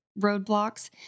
roadblocks